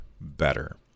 better